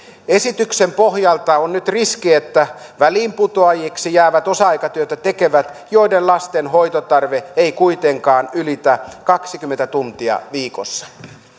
esityksen pohjalta on nyt riski että väliinputoajiksi jäävät osa aikatyötä tekevät joiden lasten hoitotarve ei kuitenkaan ylitä kahtakymmentä tuntia viikossa